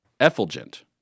Effulgent